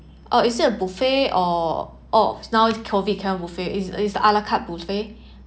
uh is it a buffet or oh now is COVID cannot buffet it's it's a la carte buffet